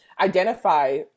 identify